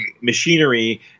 machinery